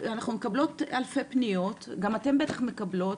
אנחנו מקבלות אלפי פניות וגם אתן בטח מקבלות,